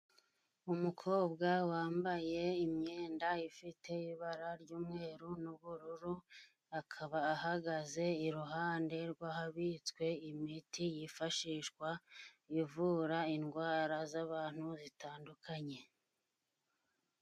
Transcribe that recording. Umukobwa wambaye imyenda ifite ibara ry'umweru n'ubururu, akaba ahagaze iruhande rw'ahabitswe imiti, yifashishwa ivura indwara z'abantu zitandukanye.